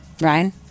Ryan